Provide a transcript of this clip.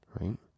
right